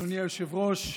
אדוני היושב-ראש,